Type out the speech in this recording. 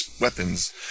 weapons